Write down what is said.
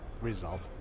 result